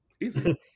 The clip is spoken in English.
Easy